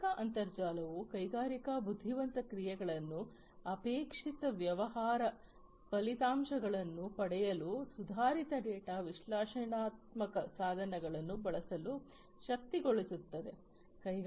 ಕೈಗಾರಿಕಾ ಅಂತರ್ಜಾಲವು ಕೈಗಾರಿಕಾ ಬುದ್ಧಿವಂತ ಕ್ರಿಯೆಗಳನ್ನು ಅಪೇಕ್ಷಿತ ವ್ಯವಹಾರ ಫಲಿತಾಂಶಗಳನ್ನು ಪಡೆಯಲು ಸುಧಾರಿತ ಡೇಟಾ ವಿಶ್ಲೇಷಣಾತ್ಮಕ ಸಾಧನಗಳನ್ನು ಬಳಸಲು ಶಕ್ತಗೊಳಿಸುತ್ತದೆ